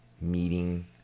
meeting